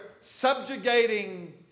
subjugating